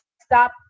stop